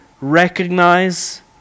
recognize